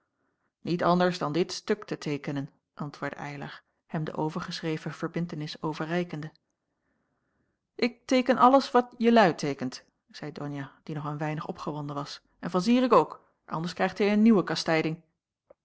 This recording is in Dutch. niet anders dan dit stuk te teekenen antwoordde eylar hem de overgeschreven verbintenis overreikende ik teeken alles wat jijlui teekent zeide donia die nog een weinig opgewonden was en van zirik ook anders krijgt hij een nieuwe kastijding